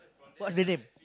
what's the name